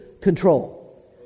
control